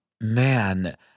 man